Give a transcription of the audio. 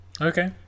Okay